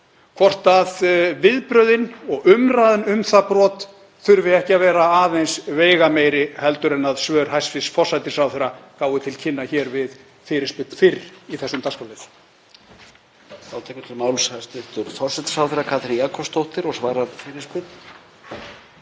hvort viðbrögðin og umræðan um það brot þurfi ekki að vera aðeins veigameiri en svör hæstv. forsætisráðherra gáfu til kynna hér við fyrirspurn fyrr í þessum dagskrárlið.